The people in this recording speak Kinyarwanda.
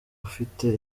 ufite